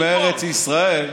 חלקים מארץ ישראל,